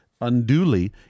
unduly